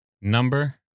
number